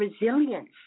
resilience